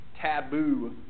taboo